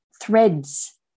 threads